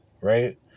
Right